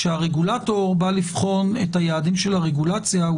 כשהרגולטור בא לבחון את היעדים של הרגולציה,